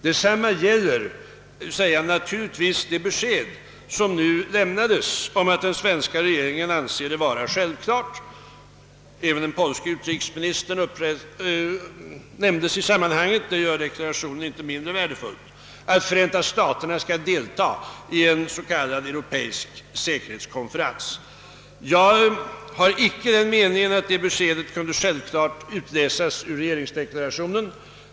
Detsamma gäller naturligtvis det besked som nu lämnats om att den svenska regeringen anser det självklart — även den polske utrikesministern nämndes i sammanhanget, och det gör inte deklarationen mindre värdefull — att Förenta staterna skall delta i en s.k. europeisk säkerhetskonferens om den kommer till stånd. Jag är icke av den meningen att det beskedet kunde utläsas ur regeringens deklaration.